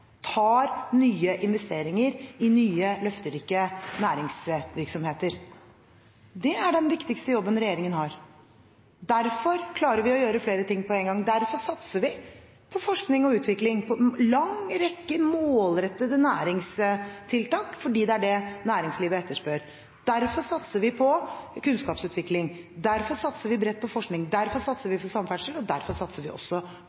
i nye, løfterike næringsvirksomheter. Det er den viktigste jobben regjeringen har. Derfor klarer vi å gjøre flere ting på én gang. Derfor satser vi på forskning og utvikling og på en lang rekke målrettede næringstiltak, fordi det er det næringslivet etterspør. Derfor satser vi på kunnskapsutvikling. Derfor satser vi bredt på forskning. Derfor satser vi på samferdsel, og derfor satser vi også